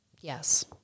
Yes